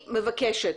אני מבקשת,